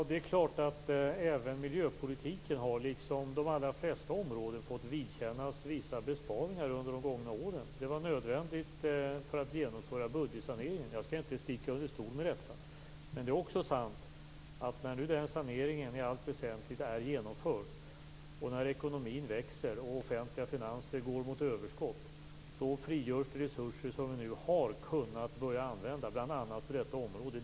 Herr talman! Även miljöpolitiken har, liksom de allra flesta områden, fått vidkännas vissa besparingar under de gångna åren. Det var nödvändigt för att genomföra budgetsaneringen. Jag skall inte sticka under stol med detta. Men det är också sant att när nu den saneringen i allt väsentligt är genomförd, när ekonomin växer och de offentliga finanserna går mot överskott frigörs resurser som vi nu har kunnat börja använda bl.a. på detta området.